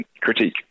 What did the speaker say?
critique